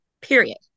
period